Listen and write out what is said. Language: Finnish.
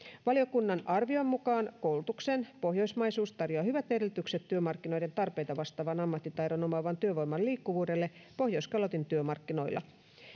valiokunnan arvion mukaan koulutuksen pohjoismaisuus tarjoaa hyvät edellytykset työmarkkinoiden tarpeita vastaavan ammattitaidon omaavan työvoiman liikkuvuudelle pohjoiskalotin työmarkkinoilla